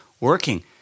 working